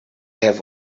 have